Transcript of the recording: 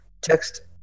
Text